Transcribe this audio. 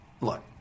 look